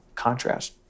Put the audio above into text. contrast